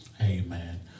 Amen